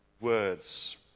Words